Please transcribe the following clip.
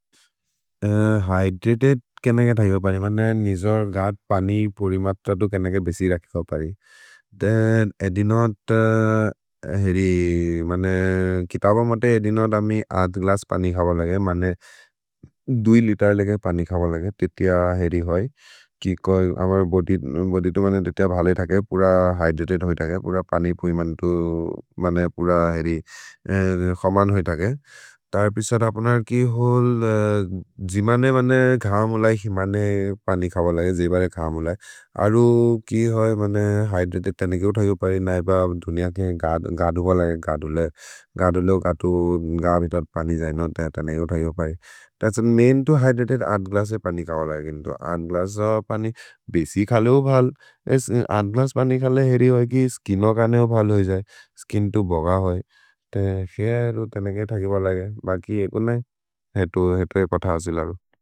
ह्य्द्रतेद् केनन् के धैब परि?। मने निजोर् घत्, पनि, पुरि मत्र तो केनन् के बेसि रखि कओ परि?। दे, एदिनोद् त हेरि। मने। कितब मते एदिनोद् अमि आथ् ग्लस्स् पनि खब लगे मने दुइ लितेर् लेके पनि खब लगे तेतिय हेरि होइ अमर् बोदि तो मने तेतिय भले थके पुर ह्य्द्रतेद् होइ थके पुर पनि, पुरि मनेतु। मने पुर हेरि। खमन् होइ थके तर् प्रिसद् अपनर् कि होल्। जिमने मने घम् होलै, हिमने पनि खब लगे जेबरे घम् होलै अरु कि होइ, मने। ह्य्द्रतेद् तेनेके ओतके हो परि नैप दुनिय के गदो हो लगे गदो ले। गदो लेओ गतो। गमि तो पनि जैन, तेने ओतके हो परि तत्स मैन् तो ह्य्द्रतेद् आथ् ग्लस्से पनि खब लगे आथ् ग्लस्से पनि। भेसि खले हो भल् आथ् ग्लस्से पनि खले हेरि होइ कि। स्किन् ओ कने हो भल् होइ जै स्किन् तो भग होइ ते। शेहेरु तेनेके थके हो लगे भाकि एकुन्ने। हेतु, हेतु। पथ हजिलरु।